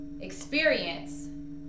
experience